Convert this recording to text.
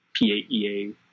PAEA